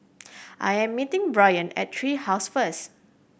I am meeting Bryan at Tree House first